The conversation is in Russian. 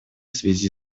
связи